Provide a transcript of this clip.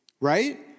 Right